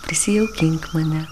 prisijaukink mane